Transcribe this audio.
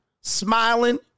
smiling